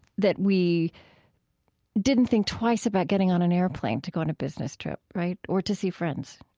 that we didn't think twice about getting on an airplane to go on a business trip, right? or to see friends.